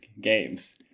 games